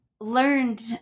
learned